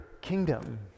kingdom